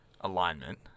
alignment